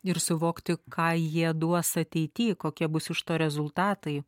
ir suvokti ką jie duos ateity kokie bus iš to rezultatai